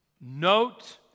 note